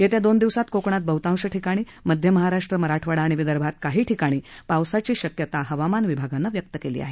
येत्या दोन दिवसात कोकणात बहतांश ठिकाणी मध्य महाराष्ट्र मराठवाडा आणि विदर्भात काही ठिकाणी पावसाची शक्यता हवामान विभागानं व्यक्त केली आहे